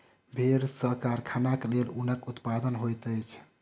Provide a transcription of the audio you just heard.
भेड़ सॅ कारखानाक लेल ऊनक उत्पादन होइत अछि